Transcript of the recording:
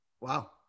Wow